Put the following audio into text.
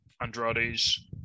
Andrade's